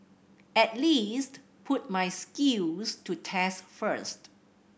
at least put my skills to test first